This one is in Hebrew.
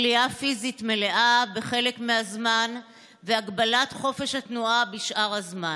כליאה פיזית מלאה בחלק מהזמן והגבלת חופש התנועה בשאר הזמן.